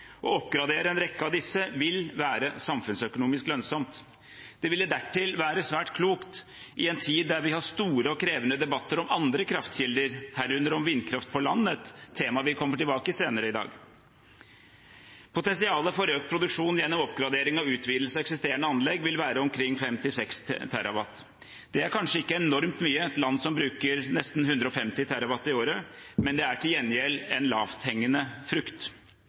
Å oppgradere en rekke av disse vil være samfunnsøkonomisk lønnsomt. Det ville dertil være svært klokt i en tid da vi har store og krevende debatter om andre kraftkilder, herunder vindkraft på land, et tema vi kommer tilbake til senere i dag. Potensialet for økt produksjon gjennom oppgradering og utvidelse av eksisterende anlegg vil være omkring 5–6 TWh. Det er kanskje ikke enormt mye i et land som bruker nesten 150 TWh i året, men det er til gjengjeld en lavthengende frukt.